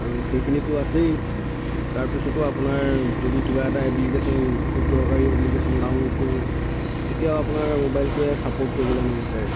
আৰু সেইখিনিটো আছেই তাৰ পিছতো আপোনাৰ যদি কিবা এটা এপ্লিকেচন খুব দৰকাৰী এপ্লিকেচন ডাউনলোদ কৰো তেতিয়াও আপোনাৰ মোবাইলটোৱে ছাপৰ্ত কৰিবলে নিবিচাৰে